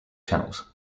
channels